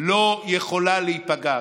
לא יכולה להיפגע".